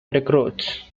recruits